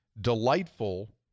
delightful